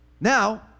Now